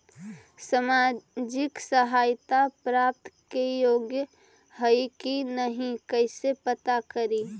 सामाजिक सहायता प्राप्त के योग्य हई कि नहीं कैसे पता करी?